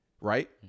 Right